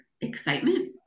excitement